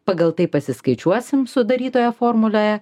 pagal tai pasiskaičiuosim sudarytoje formulėje